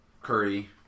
Curry